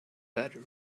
better